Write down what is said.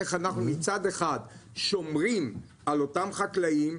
איך אנחנו מצד אחד שומרים על אותם חקלאים,